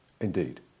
Indeed